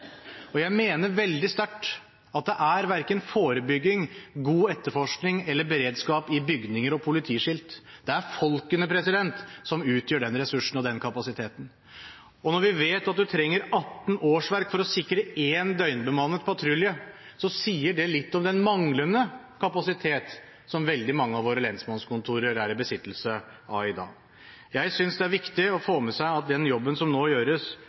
ansatte. Jeg mener veldig sterkt at det er verken forebygging, god etterforskning eller beredskap i bygninger eller politiskilt. Det er folkene som utgjør den ressursen og den kapasiteten. Når vi vet at en trenger 18 årsverk for å sikre én døgnbemannet patrulje, sier det litt om den manglende kapasitet som veldig mange av våre lensmannskontorer er i besittelse av i dag. Jeg synes det er viktig å få med seg at den jobben som nå gjøres,